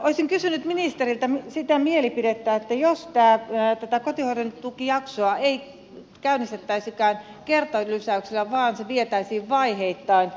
olisin kysynyt ministeriltä mielipidettä siitä jos tätä kotihoidontukijaksoa ei käynnistettäisikään kertarysäyksellä vaan se vietäisiin vaiheittain